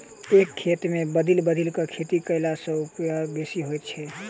एक खेत मे बदलि बदलि क खेती कयला सॅ उपजा बेसी होइत छै